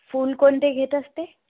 फुल कोणते घेत असते